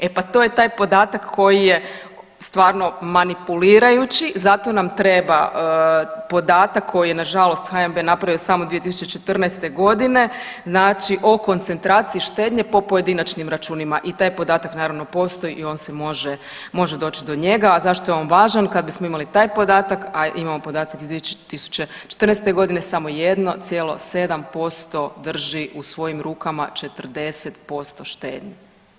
E pa to je taj podatak koji je stvarno manipulirajući i zato nam treba podatak koji je nažalost HNB napravio samo 2014.g., znači o koncentraciji štednje po pojedinačnim računima i taj podatak naravno postoji i on se može, može doći do njega, a zašto je on važan, kad bismo imali taj podatak, a imamo podatak iz 2014.g. samo 1,7% drži u svojim rukama 40% štednje.